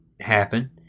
happen